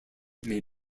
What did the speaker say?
may